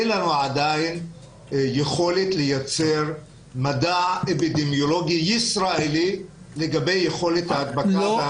אין לנו עדיין יכולת לייצר מדע אפידמיולוגי ישראלי לגבי יכולת ההדבקה.